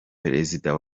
perezida